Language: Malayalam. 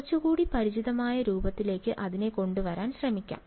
കുറച്ചുകൂടി പരിചിതമായ രൂപത്തിലേക്ക് അതിനെ കൊണ്ടുവരാൻ ശ്രമിക്കാം